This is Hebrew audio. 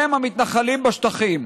והם המתנחלים בשטחים.